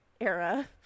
era